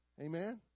Amen